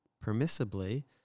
permissibly